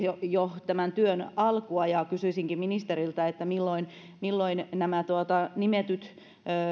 jo jo toki tämän työn alkua ja kysyisinkin ministeriltä milloin milloin nämä nimetyt